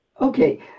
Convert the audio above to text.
Okay